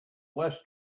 less